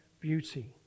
beauty